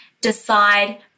decide